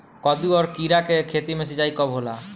कदु और किरा के खेती में सिंचाई कब होला?